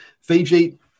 Fiji